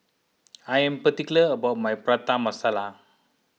I am particular about my Prata Masala